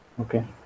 Okay